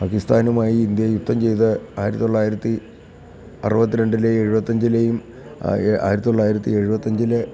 പാക്കിസ്ഥാനുമായി India യുദ്ധം ചെയ്ത ആയിരത്തി തൊള്ളായിരത്തി അറുപത്തി രണ്ടിലെയും എഴുപത്തി അഞ്ചിലെയും ആയിരത്തി തൊള്ളായിരത്തി എഴുപത്തിയഞ്ചിലെ